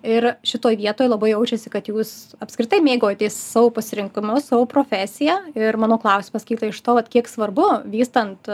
ir šitoj vietoj labai jaučiasi kad jūs apskritai mėgaujatės savo pasirinkimu savo profesija ir mano klausimas kyla iš to vat kiek svarbu vystant